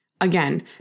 Again